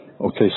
okay